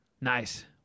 Nice